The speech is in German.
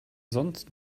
sonst